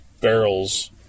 barrels